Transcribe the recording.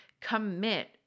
commit